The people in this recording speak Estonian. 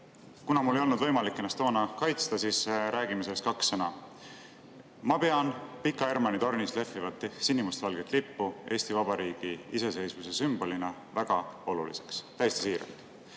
Kuna mul ei olnud võimalik ennast toona kaitsta, siis räägin nüüd sellest kahe sõnaga. Ma pean Pika Hermanni tornis lehvivat sinimustvalget lippu Eesti Vabariigi iseseisvuse sümbolina väga oluliseks. Täiesti siiralt.